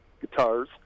guitars